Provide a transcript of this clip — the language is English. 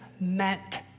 meant